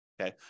okay